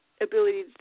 ability